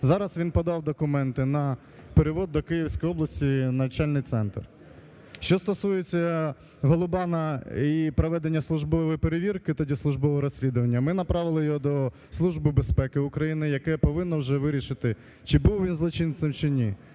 Зараз він подав документи на перевід до Київської області в навчальний центр. Що стосується Голубана і проведення службової перевірки, тоді службового розслідування. Ми направили його до Служби безпеки України, яка повинна вже вирішити чи був він злочинцем, чи ні.